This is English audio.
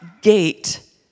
gate